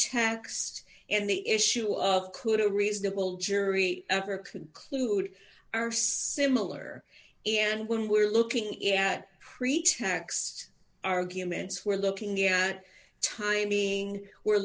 t and the issue of could a reasonable jury ever conclude are similar and when we're looking at pretext arguments we're looking at timing we're